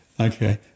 Okay